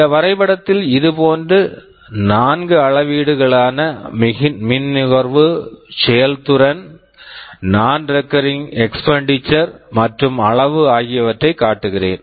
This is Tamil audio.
இந்த வரைபடத்தில் இதுபோன்ற நான்கு அளவீடுகளான மின் நுகர்வு செயல்திறன் நான் recurring expenditure non recurring expenditure மற்றும் அளவு ஆகியவற்றைக் காட்டுகிறேன்